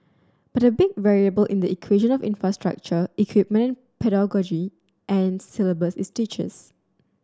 but big variable in the infrastructure equipment pedagogy and syllabus is teachers